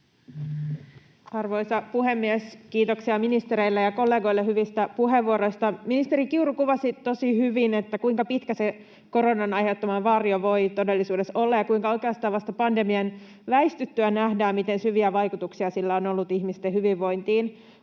Arvoisa puhemies! Kiitoksia ministereille ja kollegoille hyvistä puheenvuoroista. Ministeri Kiuru kuvasi tosi hyvin, kuinka pitkä se koronan aiheuttama vaurio voi todellisuudessa olla ja kuinka oikeastaan vasta pandemian väistyttyä nähdään, miten syviä vaikutuksia sillä on ollut ihmisten hyvinvointiin.